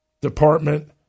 department